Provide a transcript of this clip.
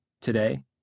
Today